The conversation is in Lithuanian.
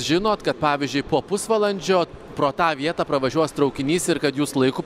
žinot kad pavyzdžiui po pusvalandžio pro tą vietą pravažiuos traukinys ir kad jūs laiku